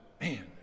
man